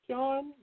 John